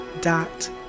dot